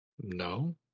no